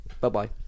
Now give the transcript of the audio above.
Bye-bye